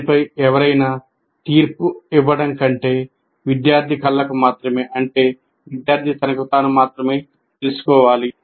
దానిపై ఎవరైనా తీర్పు ఇవ్వడం కంటే విద్యార్థి కళ్ళకు మాత్రమేఅంటే విద్యార్థి తనకు తాను మాత్రమే తెలుసుకోవాలి